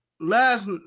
last